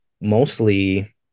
mostly